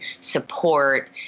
support